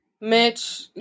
Mitch